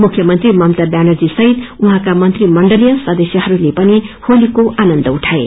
पुख्यमंत्री ममता व्यानर्जीसहित उहाँका मंत्रीमण्डलीय सदस्यहरूले पनि होलीको आनन्द उठाए